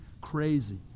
crazy